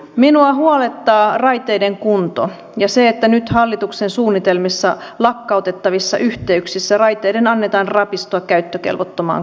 minua huolettaa raiteiden kunto ja se että nyt hallituksen suunnitelmissa lakkautettavissa yhteyksissä raiteiden annetaan rapistua käyttökelvottomaan kuntoon